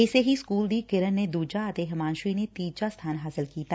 ਇਸੇ ਹੀ ਸਕੁਲ ਦੀ ਕਿਰਨ ਨੇ ਦੁਜਾ ਅਤੇ ਹਿਮਾਸ਼ੀ ਨੇ ਤੀਜਾ ਸਬਾਨ ਹਾਸਲ ਕੀਤਾ